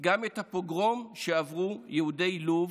גם את הפוגרום שעברו יהודי לוב